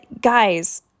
guys